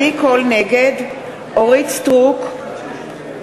אורית סטרוק,